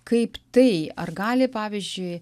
kaip tai ar gali pavyzdžiui